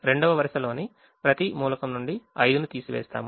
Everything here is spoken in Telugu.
2వ వరుసలోని ప్రతి మూలకం నుండి 5ను తీసివేస్తాము